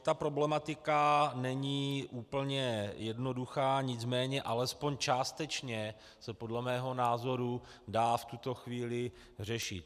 Ta problematika není úplně jednoduchá, nicméně alespoň částečně se podle mého názoru dá v tuto chvíli řešit.